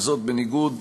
וזאת בניגוד